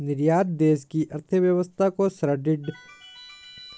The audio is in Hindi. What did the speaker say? निर्यात देश की अर्थव्यवस्था को सुदृढ़ करने के लिए एक अच्छा प्रकल्प होता है